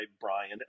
Brian